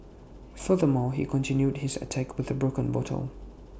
furthermore he continued his attack with A broken bottle